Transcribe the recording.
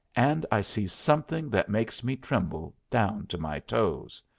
and i sees something that makes me tremble down to my toes.